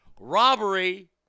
robbery